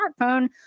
smartphone